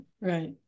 right